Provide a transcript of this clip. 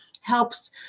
helps